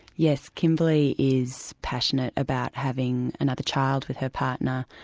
yes. kimberley is passionate about having another child with her partner,